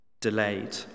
delayed